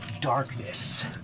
darkness